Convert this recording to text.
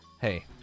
hey